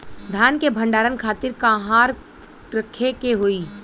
धान के भंडारन खातिर कहाँरखे के होई?